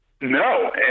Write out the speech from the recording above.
No